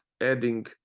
adding